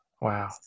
Wow